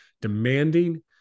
demanding